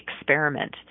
experiment